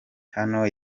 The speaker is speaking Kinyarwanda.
hano